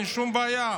אין שום בעיה.